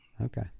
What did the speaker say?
Okay